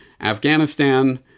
Afghanistan